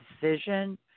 decision